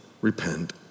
repent